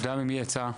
ההודעה יצא ממי?